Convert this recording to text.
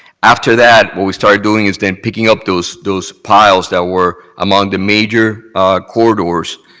after that, what we started doing is then picking up those those piles that were among the major corridors,